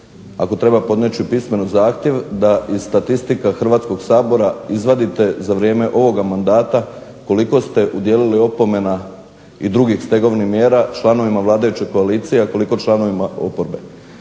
ako treba podnijet ću i pismeno zahtjev da i statistika Hrvatskog sabora izvadite za vrijeme ovoga mandata koliko ste dodijelili opomena i drugih stegovnih mjera članovima vladajuće koalicije a koliko članovima oporbe.